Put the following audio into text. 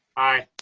aye.